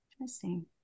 interesting